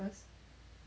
first